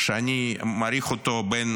שאני מעריך אותו בין